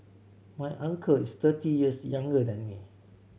my uncle is thirty years younger than me